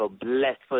blessed